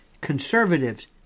conservatives